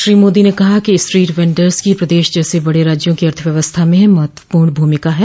श्री मोदी ने कहा कि स्ट्रीट वेंडर्स की प्रदेश जैसे बड़े राज्यों की अर्थव्यवस्था में महत्वपूर्ण भूमिका है